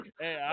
hey